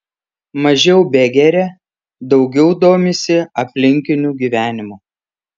mažiau begeria daugiau domisi aplinkiniu gyvenimu